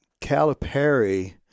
Calipari